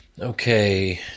Okay